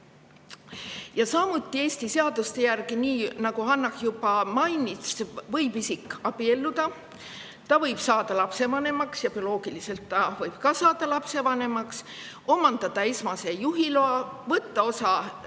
Ja samuti Eesti seaduste järgi, nii nagu Hanah juba mainis, võib isik abielluda. Ta võib saada lapsevanemaks, ka bioloogiliselt võib ta saada lapsevanemaks, omandada esmase juhiloa, võtta osa